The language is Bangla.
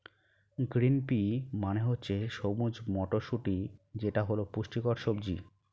গ্রিন পি মানে হচ্ছে সবুজ মটরশুঁটি যেটা হল পুষ্টিকর সবজি